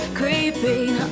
creeping